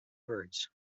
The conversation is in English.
birds